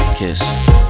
KISS